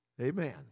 Amen